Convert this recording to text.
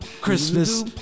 christmas